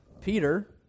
Peter